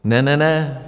Ne, ne, ne.